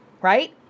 right